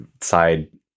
side